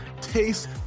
taste